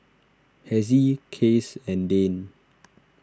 Hezzie Case and Dane